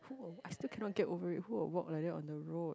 I still cannot get over it who will walk like that on the road